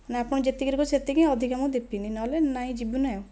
ନାହିଁ ଆପଣଙ୍କୁ ଯେତିକିରେ କହୁଛି ସେତିକି ଅଧିକା ମୁଁ ଦେବିନାହିଁ ନହେଲେ ନାହିଁ ଯିବୁନାହିଁ ଆଉ